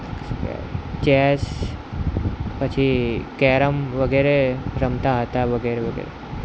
શું કહેવાય ચેસ પછી કેરમ વગેરે રમતા હતા વગેરે વગેરે